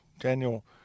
Daniel